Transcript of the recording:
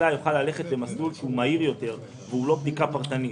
שהחקלאי יוכל ללכת במסלול מהיר יותר ללא בדיקה פרטנית.